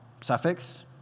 suffix